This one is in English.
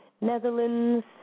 Netherlands